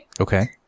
Okay